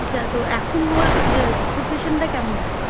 আচ্ছা তো এখন ওর সিচুয়েশানটা কেমন আছে